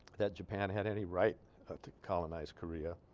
that japan had any right to colonize korea